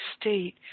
state